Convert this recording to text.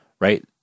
Right